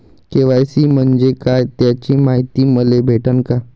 KYC म्हंजे काय त्याची मायती मले भेटन का?